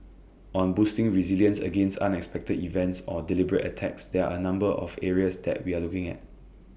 on boosting resilience against unexpected events or deliberate attacks there are A number of areas that we are looking at